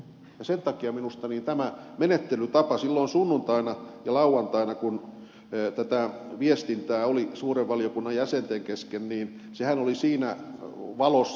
sen takia minusta tämä menettelytapa silloin sunnuntaina ja lauantaina kun tätä viestintää oli suuren valiokunnan jäsenten kesken oli siinä valossa koko asia